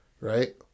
Right